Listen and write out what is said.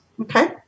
Okay